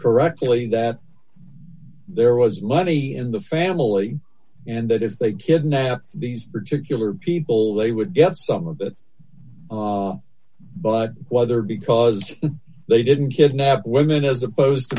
correctly that there was money in the family and that if they kidnapped these particular people d they would get some of but whether because they didn't kidnap women as opposed to